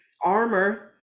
armor